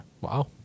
Wow